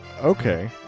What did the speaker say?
okay